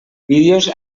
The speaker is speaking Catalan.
vídeos